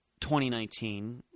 2019